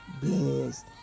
bless